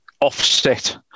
offset